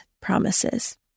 promises